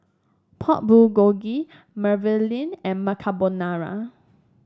Pork Bulgogi Mermicelli and Macarbonara